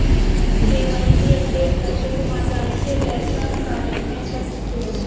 KYC update करके तुम आसानी से पैसों का लेन देन कर सकते हो